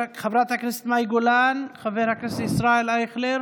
חברת הכנסת מאי גולן, חבר הכנסת ישראל אייכלר,